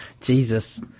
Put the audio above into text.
Jesus